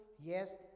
Yes